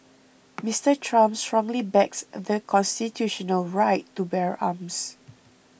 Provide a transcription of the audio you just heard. Mister Trump strongly backs the constitutional right to bear arms